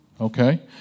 Okay